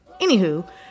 Anywho